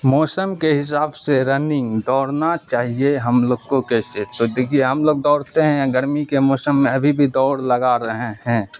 موسم کے حساب سے رننگ دوڑنا چاہیے ہم لوگ کو کیسے تو دیکھیے ہم لوگ دوڑتے ہیں گرمی کے موسم میں ابھی بھی دوڑ لگا رہے ہیں